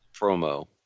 promo